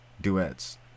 duets